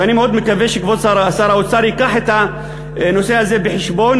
ואני מאוד מקווה שכבוד שר האוצר יביא את הנושא הזה בחשבון,